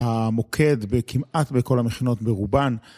המוקד כמעט בכל המכינות ברובן.